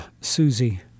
Susie